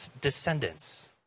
descendants